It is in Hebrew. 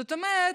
זאת אומרת,